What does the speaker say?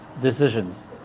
decisions